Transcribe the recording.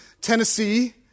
Tennessee